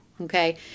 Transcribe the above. Okay